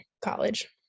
college